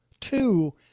two